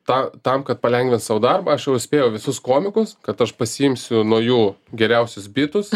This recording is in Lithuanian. tą tam kad palengvint sau darbą aš jau spėjau visus komikus kad aš pasiimsiu nuo jų geriausius bitus